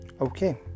Okay